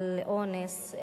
על אונס,